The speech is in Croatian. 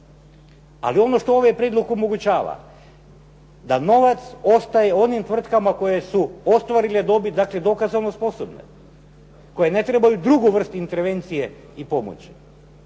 Ali ono što ovaj prijedlog omogućava da novac ostaje onim tvrtkama koje su ostvarile dobit, dakle dokazano sposobne, koje ne trebaju drugu vrstu intervencije i pomoći.